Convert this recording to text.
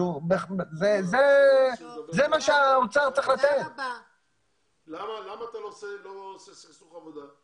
למה אתה לא עושה סכסוך עבודה?